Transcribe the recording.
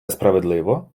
справедливо